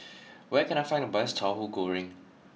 where can I find the best Tauhu Goreng